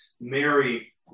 Mary